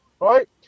right